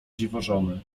dziwożony